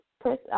press